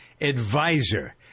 advisor